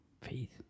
Faith